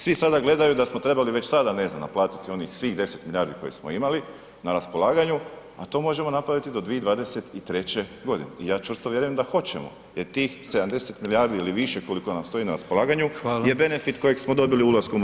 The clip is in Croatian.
Svi sada gledaju da smo trebali već sada ne znam naplatiti svih onih 10 milijardi koje smo imali na raspolaganju a to možemo napraviti do 2023. g. i ja čvrsto vjerujem da hoćemo jer tih 70 milijardi ili više koliko nam stoji na raspolaganju je benefit kojeg smo dobili ulaskom u EU.